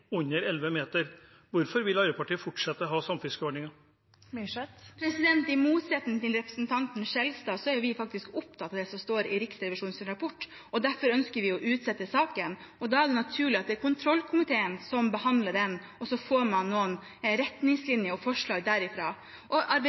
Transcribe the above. under elleve meter? Hvorfor vil Arbeiderpartiet fortsatt ha samfiskeordningen? I motsetning til representanten Skjelstad er vi faktisk opptatt av det som står i Riksrevisjonens rapport. Derfor ønsker vi å utsette saken. Da er det naturlig at det er kontrollkomiteen som behandler den, og så får man noen retningslinjer og forslag